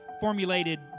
formulated